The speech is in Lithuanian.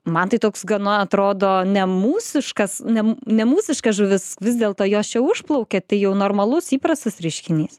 man tai toks gana atrodo ne mūsiškas ne nemūsiška žuvis vis dėlto jos čia užplaukė tai jau normalus įprastas reiškinys